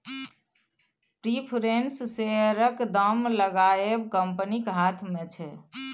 preference शेयरक दाम लगाएब कंपनीक हाथ मे छै